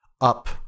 up